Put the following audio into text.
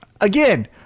again